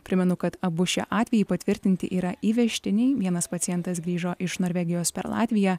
primenu kad abu šie atvejai patvirtinti yra įvežtiniai vienas pacientas grįžo iš norvegijos per latviją